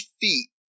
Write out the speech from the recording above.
feet